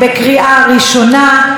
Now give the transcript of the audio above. בקריאה ראשונה.